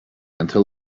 until